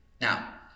Now